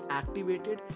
activated